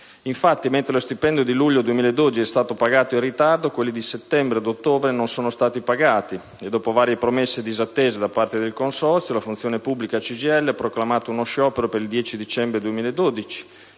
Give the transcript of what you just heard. Infatti, mentre lo stipendio di luglio 2012 è stato pagato in ritardo, quelli di settembre ed ottobre non sono stati pagati. Dopo varie promesse disattese da parte del consorzio, la Funzione pubblica-CGIL ha proclamato uno sciopero per il 10 dicembre 2012